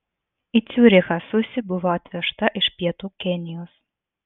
į ciurichą susi buvo atvežta iš pietų kenijos